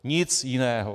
Nic jiného.